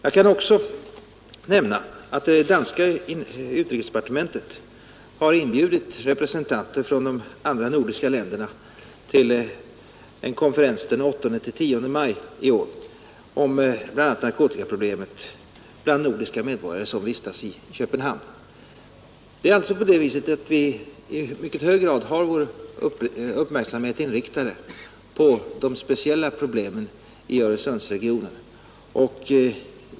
Jag kan också nämna att det danska utrikesdepartementet inbjudit representanter för de andra nordiska länderna till en konferens den 8—-10 maj i år om bl.a. narkotikaproblemet bland nordiska medborgare som vistas i Köpenhamn. Vi har alltså i mycket hög grad vår uppmärksamhet inriktad på de speciella problemen i Öresundsregionen.